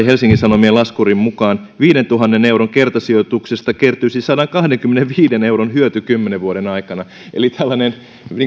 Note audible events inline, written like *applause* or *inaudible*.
*unintelligible* helsingin sanomien laskurin mukaan viidentuhannen euron kertasijoituksesta kertyisi sadankahdenkymmenenviiden euron hyöty kymmenen vuoden aikana eli tällainen